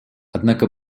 однако